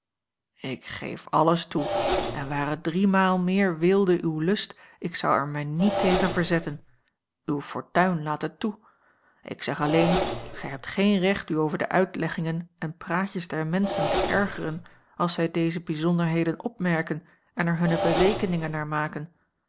ik geef alles toe en ware driemaal meer weelde uw lust ik a l g bosboom-toussaint langs een omweg zou er mij niet tegen verzetten uwe fortuin laat het toe ik zeg alleen gij hebt geen recht u over de uitleggingen en praatjes der menschen te ergeren als zij deze bijzonderheden opmerken en er hunne berekeningen naar maken